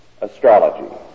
Astrology